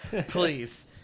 please